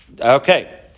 Okay